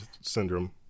syndrome